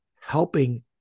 helping